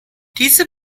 diese